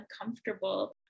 uncomfortable